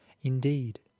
Indeed